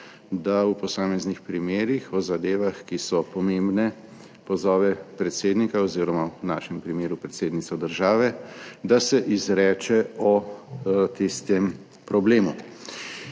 da v posameznih primerih o zadevah, ki so pomembne, pozove predsednika, oz. v našem primeru predsednico države, da se izreče o tistem problemu.